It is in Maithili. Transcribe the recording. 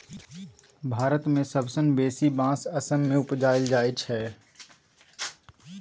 भारत मे सबसँ बेसी बाँस असम मे उपजाएल जाइ छै